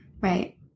Right